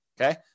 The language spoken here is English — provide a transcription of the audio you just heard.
Okay